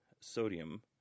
sodium